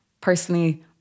Personally